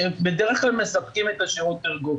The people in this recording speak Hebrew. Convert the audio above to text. בדרך כלל מספקים את שירות התרגום.